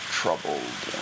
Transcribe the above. troubled